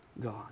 God